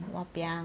!wahpiang!